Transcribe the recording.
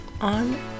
on